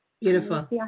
Beautiful